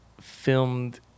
filmed